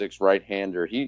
right-hander